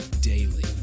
daily